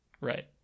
Right